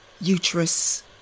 uterus